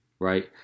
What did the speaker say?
right